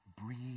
breathe